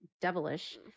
devilish